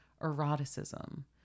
eroticism